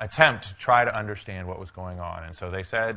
attempt to try to understand what was going on. and so they said, you